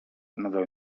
nadal